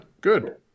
good